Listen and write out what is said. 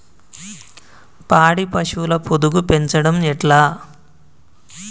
పాడి పశువుల పొదుగు పెంచడం ఎట్లా?